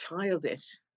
childish